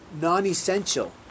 non-essential